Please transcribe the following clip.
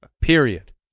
period